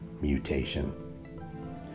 mutation